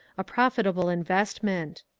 a profitable investment.